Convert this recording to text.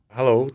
Hello